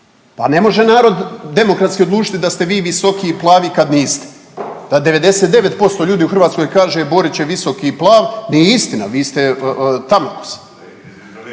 Pa ne može narod demokratski odlučiti da ste vi visoki i plavi kad niste. Da 99% ljudi u Hrvatskoj kaže Borić je visok i plav, nije istina, vi ste tamnokosi.